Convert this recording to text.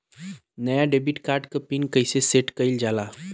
नया debit card क PIN कईसे सेट कईल जाला?